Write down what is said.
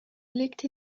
legte